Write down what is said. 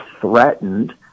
threatened